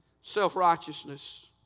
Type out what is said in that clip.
self-righteousness